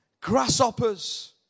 grasshoppers